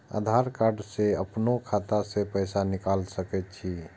आधार कार्ड से अपनो खाता से पैसा निकाल सके छी?